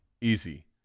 Easy